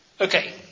Okay